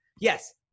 Yes